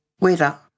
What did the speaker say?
Weather